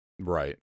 right